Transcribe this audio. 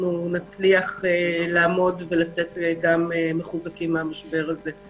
נצליח לעמוד ולצאת מחוזקים מהמשבר הזה,